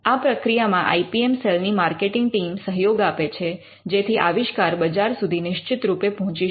આ પ્રક્રિયામાં I P M cell ની માર્કેટિંગ ટીમ સહયોગ આપે છે જેથી આવિષ્કાર બજાર સુધી નિશ્ચિતરૂપે પહોંચી શકે